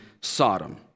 Sodom